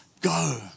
go